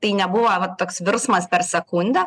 tai nebuvo va toks virsmas per sekundę